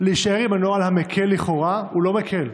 להישאר עם הנוהל המקל לכאורה, הוא לא מקל.